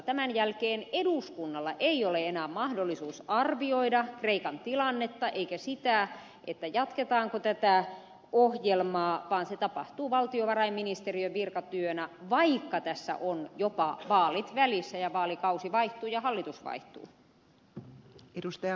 tämän jälkeen eduskunnalla ei ole enää mahdollisuutta arvioida kreikan tilannetta eikä sitä jatketaanko tätä ohjelmaa vaan se tapahtuu valtiovarainministeriön virkatyönä vaikka tässä on jopa vaalit välissä ja vaalikausi vaihtuu ja hallitus vaihtuu